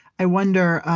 i wonder,